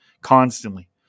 constantly